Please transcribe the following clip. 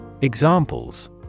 Examples